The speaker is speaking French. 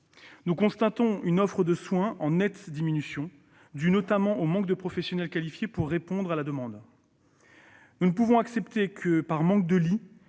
Nous constatons une offre de soins en nette diminution, due notamment au manque de professionnels qualifiés pour répondre à la demande. Nous ne pouvons accepter que, par manque de lits,